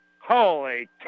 Holy